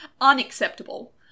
Unacceptable